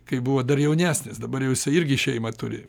kai buvo dar jaunesnis dabar jau jisai irgi šeimą turi